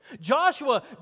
Joshua